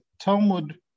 Talmud